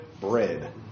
Bread